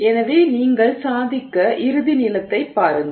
எனவே நீங்கள் சாதித்த இறுதி நீளத்தைப் பாருங்கள்